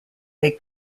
they